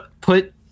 put